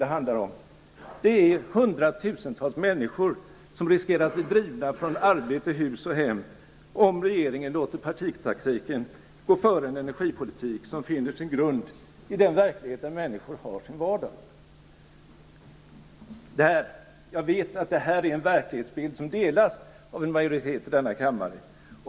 Det handlar om 100 000-tals människor som riskerar att bli drivna från arbete, hus och hem om regeringen låter partitaktiken gå före en energipolitik som finner sin grund i den verklighet där människor har sin vardag. Jag vet att detta är en verklighetsbild som delas av en majoritet i denna kammare.